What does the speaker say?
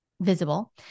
visible